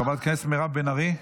חברת הכנסת מירב בן ארי,